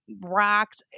rocks